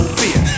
fear